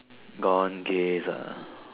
gone case